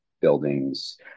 buildings